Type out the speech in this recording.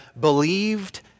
believed